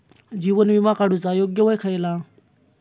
जीवन विमा काडूचा योग्य वय खयला?